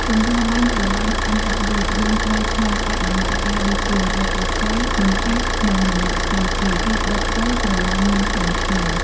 ទម្រាំបានក្រឡានឆ្អិនដាក់លក់ យើងត្រូវឆ្លងកាត់ដំណាក់កាលដូចជា រកឫស្សី មិនចាស់និងមិនខ្ចីពេកទើបដុតទៅក្រឡានមានក្លិនឈ្ងុយ។